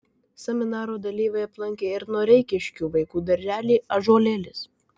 seminaro dalyviai aplankė ir noreikiškių vaikų darželį ąžuolėlis